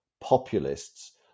populists